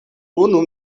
unu